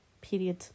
Period